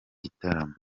gitaramo